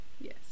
yes